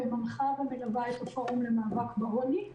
ומנחה ומלווה את הפורום למאבק בעוני.